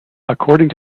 according